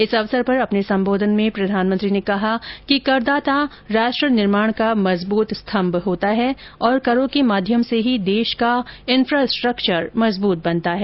इस अवसर पर अपने संबोधन में प्रधानमंत्री ने कहा कि करदाता राष्ट्र निर्माण का मजबूत स्तम्भ होता है और करो के माध्यम से ही देश का इन्फ्रास्ट्रक्चर मजबूत बनता है